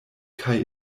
kaj